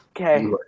Okay